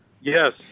Yes